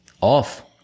off